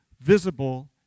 visible